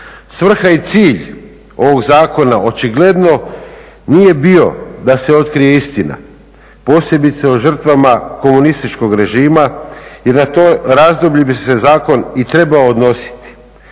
Svrha i cilj ovog zakona očigledno nije bio da se otkrije istina, posebice o žrtvama komunističkog režima jer na to razdoblje bi se zakon i treba odnositi,